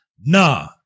Nah